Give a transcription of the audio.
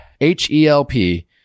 H-E-L-P